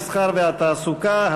המסחר והתעסוקה,